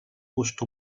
gust